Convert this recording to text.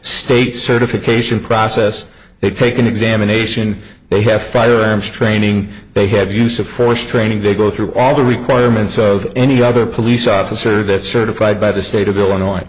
state certification process they take an examination they have firearms training they have use of force training they go through all the requirements of any other police officer that certified by the state of illinois